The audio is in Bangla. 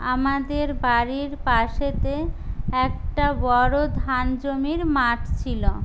আমাদের বাড়ির পাশেতে একটা বড় ধান জমির মাঠ ছিল